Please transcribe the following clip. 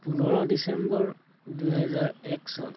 পোন্ধৰ ডিচেম্বৰ দুহেজাৰ এক চন